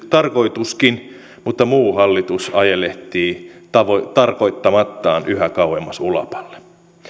tarkoituskin mutta muu hallitus ajelehtii tarkoittamattaan yhä kauemmas ulapalle